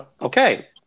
Okay